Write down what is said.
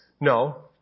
no